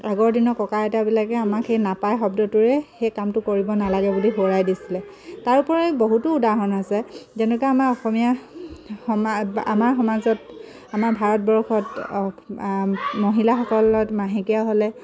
আগৰ দিনৰ ককা আইতাবিলাকে আমাক সেই নাপায় শব্দটোৰে সেই কামটো কৰিব নালাগে বুলি সোঁৱৰাই দিছিলে তাৰ উপৰিও বহুতো উদাহৰণ আছে যেনেকৈ আমাৰ অসমীয়া সমা বা আমাৰ সমাজত আমাৰ ভাৰতবৰ্ষত মহিলাসকলত মাহেকীয়া হ'লে